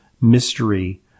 mystery